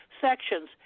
sections